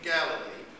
Galilee